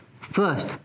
first